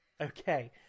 Okay